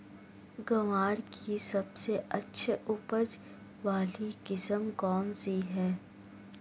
ग्वार की सबसे उच्च उपज वाली किस्म कौनसी है?